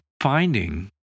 finding